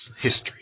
History